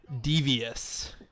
devious